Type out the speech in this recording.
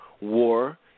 war